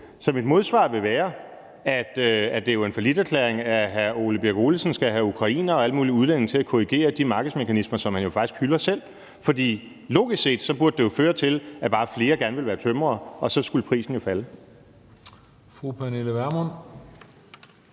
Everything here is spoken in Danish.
Så mit modsvar vil være, at det jo er en falliterklæring, at hr. Ole Birk Olesen skal have ukrainere og alle mulige udlændinge til at korrigere de markedsmekanismer, som han jo faktisk hylder selv, for logisk set burde det jo føre til, at flere gerne vil være tømrere, og så skulle prisen jo falde.